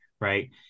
Right